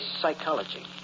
psychology